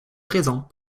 présent